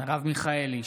מרב מיכאלי,